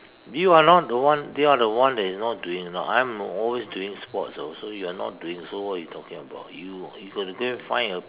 you are not the one they are the one that is not doing you know I'm always doing sports so you're not doing so what you talking about you'll you got to go find a